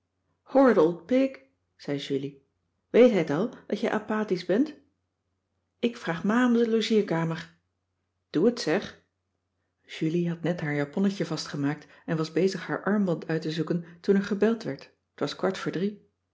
pig zei julie weet hij t al dat jij apathisch bent ik vraag ma om de logeerkamer doe het zeg julie had net haar japonnetje vastgemaakt en was bezig haar armband uit te zoeken toen er gebeld werd t was kwart